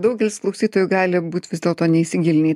daugelis klausytojų gali būt vis dėlto neįsigilinę į